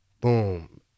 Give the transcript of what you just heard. boom